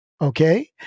Okay